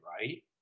right